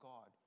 God